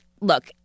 look